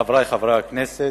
חברי חברי הכנסת,